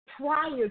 prior